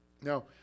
Now